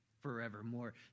forevermore